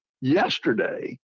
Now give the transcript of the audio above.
yesterday